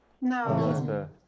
No